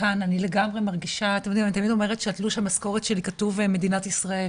אני תמיד אומרת שעל תלוש המשכורת שלי כתוב "מדינת ישראל",